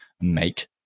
make